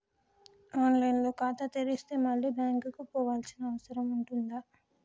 On line లో ఖాతా తెరిస్తే మళ్ళీ బ్యాంకుకు పోవాల్సిన అవసరం ఉంటుందా?